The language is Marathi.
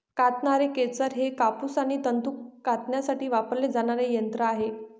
कातणारे खेचर हे कापूस आणि तंतू कातण्यासाठी वापरले जाणारे यंत्र आहे